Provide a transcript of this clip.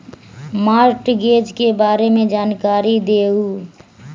Mortgage के बारे में जानकारी देहु?